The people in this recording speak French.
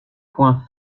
point